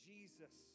Jesus